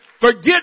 forget